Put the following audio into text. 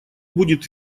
будет